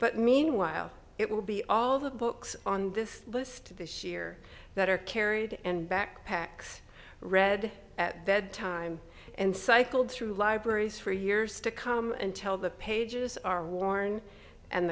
but meanwhile it will be all the books on this list this year that are carried and backpacks read at bedtime and cycled through libraries for years to come until the pages are worn and